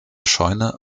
scheune